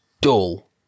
dull